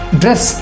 dress